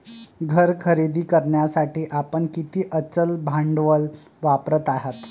घर खरेदी करण्यासाठी आपण किती अचल भांडवल वापरत आहात?